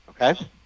Okay